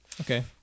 okay